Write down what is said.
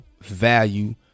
value